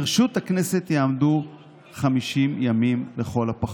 בואו נתרכז בנאומו של חבר הכנסת יואב בן צור.